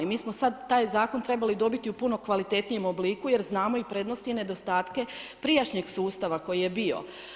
Mi smo sada taj zakon trebali dobiti u puno kvalitetnijem obliku, jr znamo i prednosti i nedostatke prijašnjeg sustava koji je bio.